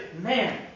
man